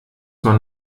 man